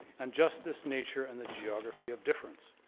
and justice, nature, and the geography of difference.